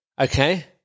okay